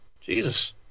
Jesus